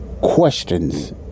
questions